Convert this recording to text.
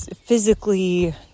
physically